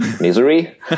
misery